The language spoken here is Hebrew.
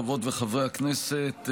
חברות וחברי הכנסת,